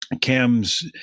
Cam's